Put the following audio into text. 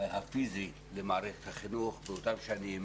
הפיזי למערכת החינוך באותן שנים.